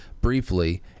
briefly